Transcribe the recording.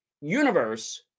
universe